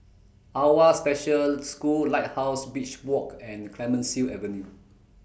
AWWA Special School Lighthouse Beach Walk and Clemenceau Avenue